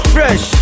Fresh